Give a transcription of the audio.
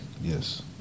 Yes